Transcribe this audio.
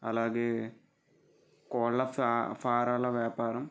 అలాగే కోళ్ళ ఫ్య ఫారాల వ్యాపారం